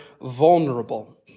vulnerable